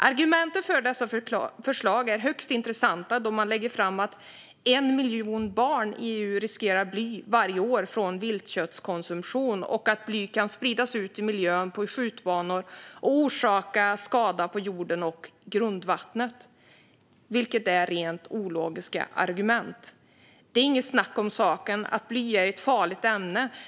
Argumenten för dessa förslag är högst intressanta, då man lägger fram att 1 miljon barn i EU riskerar att få i sig bly varje år från viltköttskonsumtion samt att bly kan spridas i miljön på skjutbanor och orsaka skada på jorden och grundvattnet. Det här är rent ologiska argument. Det är inget snack om saken att bly är ett farligt ämne.